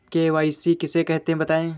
KYC किसे कहते हैं बताएँ?